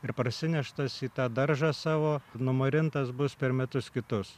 ir parsineštas į tą daržą savo numarintas bus per metus kitus